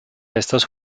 estos